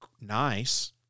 nice